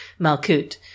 Malkut